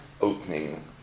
opening